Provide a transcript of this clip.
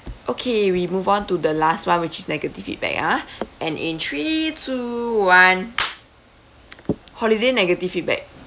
okay we move on to the last one which is negative feedback ah and in three two one holiday negative feedback